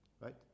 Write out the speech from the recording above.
right